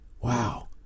Wow